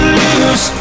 lose